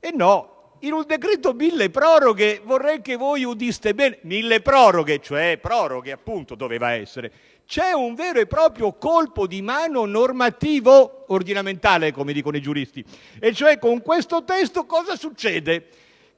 Invece, in un decreto milleproroghe (vorrei che voi udiste bene: milleproroghe, cioè proroghe appunto dovevano essere) c'è un vero colpo di mano normativo e ordinamentale (come dicono i giuristi). Con questo testo cosa succede? Accade